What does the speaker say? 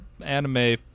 anime